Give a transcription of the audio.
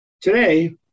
Today